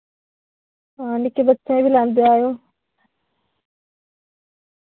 हां निक्के बच्चें बी लैंदे आयो